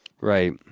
right